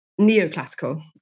neoclassical